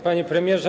Panie Premierze!